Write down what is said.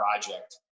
project